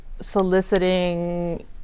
soliciting